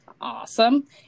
Awesome